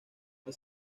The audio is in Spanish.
las